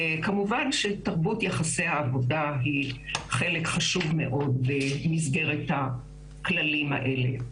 כמובן שתרבות יחסי העבודה היא חלק חשוב מאוד במסגרת הכללים האלה.